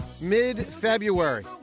Mid-February